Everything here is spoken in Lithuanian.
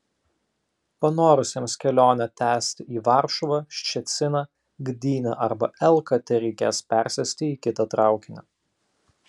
panorusiems kelionę tęsti į varšuvą ščeciną gdynę arba elką tereikės persėsti į kitą traukinį